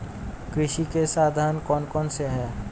कृषि के साधन कौन कौन से हैं?